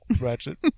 ratchet